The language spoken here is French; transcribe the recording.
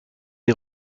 des